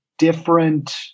different